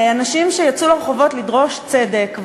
אנשים שיצאו לרחובות לדרוש צדק,